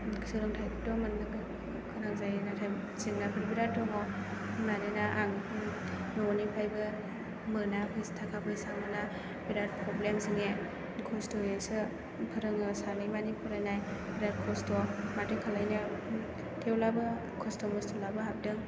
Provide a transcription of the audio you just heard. सोलोंथाइखौथ' मोननो गोनां जायो नाथाय जेंनाफोर बिराद दङ मानोना आं न'निफ्रायबो मोना थाखा फैसा मोना बिराद प्रब्लेम जोंनिया खस्थ'यैसो फोरोङो सानैमानि फरायनाय बिराद खस्थ' माथो खालायनो थेवब्लाबो खस्थ' मस्थ'ब्लाबो हाबदों